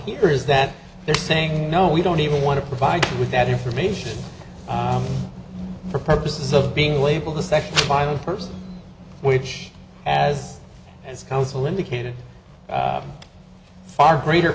here is that they're saying no we don't even want to provide you with that information for purposes of being labeled a sex violent person which as his counsel indicated far greater